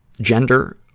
gender